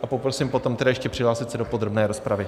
A poprosím potom tedy ještě přihlásit se do podrobné rozpravy.